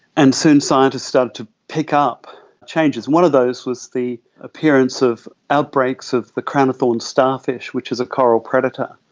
and soon scientists got to pick up changes. one of those was the appearance of outbreaks of the crown-of-thorns starfish which is a coral predator,